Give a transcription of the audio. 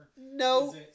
no